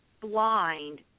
blind